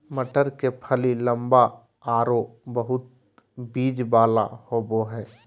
मटर के फली लम्बा आरो बहुत बिज वाला होबा हइ